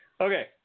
Okay